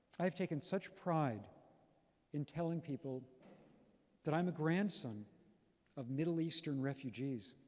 i've taken such pride in telling people that i'm a grandson of middle eastern refugees.